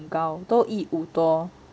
高都一五多